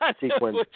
sequence